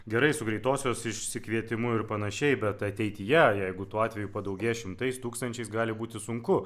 gerai su greitosios išsikvietimu ir panašiai bet ateityje jeigu tų atvejų padaugės šimtais tūkstančiais gali būti sunku